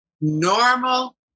normal